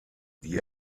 die